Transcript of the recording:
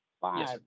Five